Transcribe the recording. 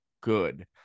good